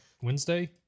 wednesday